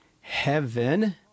heaven